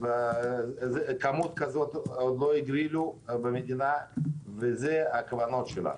כמות כזו עוד לא הגרילו במדינה וזו הכוונה שלנו,